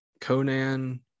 Conan